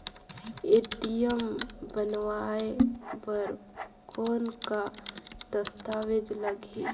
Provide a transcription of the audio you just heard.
ATM बनवाय बर कौन का दस्तावेज लगही?